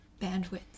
bandwidth